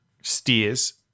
steers